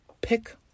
pick